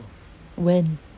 when